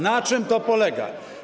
Na czym to polega?